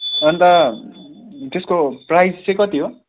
अन्त त्यसको प्राइस चाहिँ कति हो